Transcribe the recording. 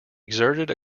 exerted